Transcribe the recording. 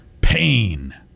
Pain